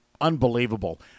unbelievable